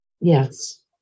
Yes